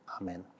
Amen